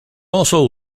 also